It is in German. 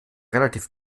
relativ